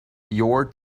your